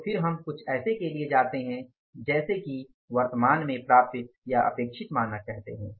तो फिर हम कुछ ऐसे के लिए जाते हैं जैसे कि हम इसे वर्तमान में प्राप्य या अपेक्षित मानक कहते हैं